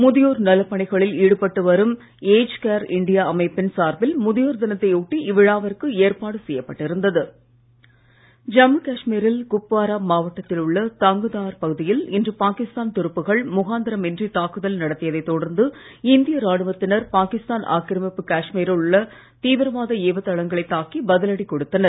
முதியோர் நலப் பணிகளில் ஈடுபட்டு வரும் ஏஜ் கேர் இண்டியா அமைப்பின் சார்பில் முதியோர் தினத்தை ஒட்டி இவ்விழாவிற்கு ஏற்பாடு செய்யப்பட்டு இருந்தது ஜம்மு காஷ்மீரில் குப்வாரா மாவட்டத்தில் உள்ள தங்தார் பகுதியில் இன்று பாகிஸ்தான் துருப்புக்கள் முகாந்திரமின்றி தாக்குதல் நடத்தியதைத் தொடர்ந்து இந்திய ராணுவத்தினர் பாகிஸ்தான் ஆக்கிரமிப்பு காஷ்மீரில் உள்ள தீவிரவாத ஏவு தளங்களைத் தாக்கி பதிலடி கொடுத்தனர்